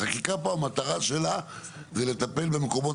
החקיקה פה המטרה שלה לטפל זה במקומות